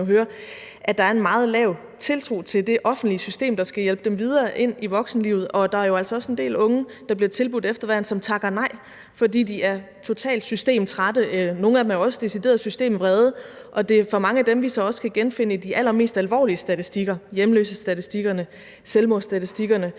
at der en meget lav tiltro til det offentlige system, der skal hjælpe dem videre ind i voksenlivet, og at der jo altså også er en del unge, der bliver tilbudt efterværn, som takker nej, fordi de er totalt systemtrætte; nogle af dem er jo også decideret systemvrede. Og det er for mange af dem, som vi også kan genfinde i de allermest alvorlige statistikker: hjemløsestatistikkerne, selvmordstatistikkerne,